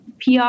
PR